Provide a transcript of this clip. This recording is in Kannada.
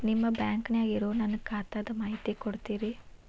ನಿಮ್ಮ ಬ್ಯಾಂಕನ್ಯಾಗ ಇರೊ ನನ್ನ ಖಾತಾದ ಮಾಹಿತಿ ಕೊಡ್ತೇರಿ?